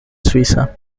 suiza